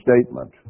statement